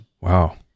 Wow